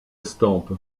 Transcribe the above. estampe